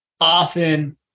often